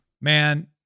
Man